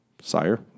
sire